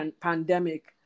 pandemic